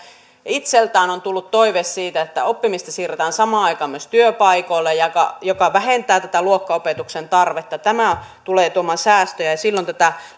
itseltään on tullut toive siitä että oppimista siirretään samaan aikaan myös työpaikoille mikä vähentää tätä luokkaopetuksen tarvetta tämä tulee tuomaan säästöjä ja silloin tätä